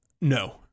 No